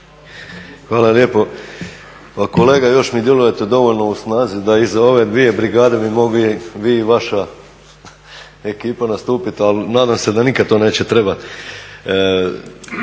Hvala lijepo. Pa još mi djelujete dovoljno u snazi da iza ove dvije brigade bi mogli vi i vaša ekipa nastupiti, ali nadam se da nikada to neće trebati.